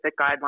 guidelines